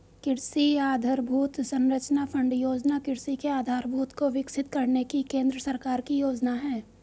कृषि आधरभूत संरचना फण्ड योजना कृषि के आधारभूत को विकसित करने की केंद्र सरकार की योजना है